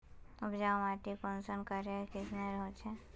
उपजाऊ माटी कुंसम करे किस्मेर होचए?